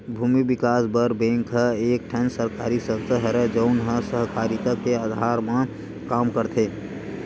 भूमि बिकास बर बेंक ह एक ठन सरकारी संस्था हरय, जउन ह सहकारिता के अधार म काम करथे